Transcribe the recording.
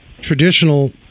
traditional